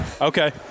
Okay